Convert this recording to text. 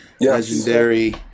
Legendary